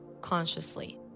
consciously